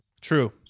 True